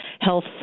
health